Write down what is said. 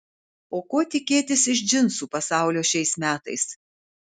o ko tikėtis iš džinsų pasaulio šiais metais